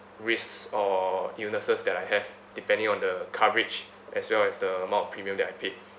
risks or illnesses that I have depending on the coverage as well as the amount premium that I paid